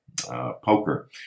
poker